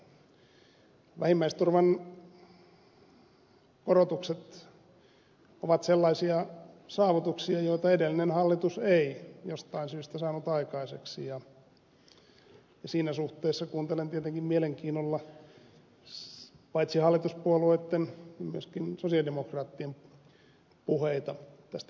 vähimmäisturvan korotukset ovat sellaisia saavutuksia joita edellinen hallitus ei jostain syystä saanut aikaiseksi ja siinä suhteessa kuuntelen tietenkin mielenkiinnolla paitsi hallituspuolueitten myöskin sosialidemokraattien puheita tästä budjetista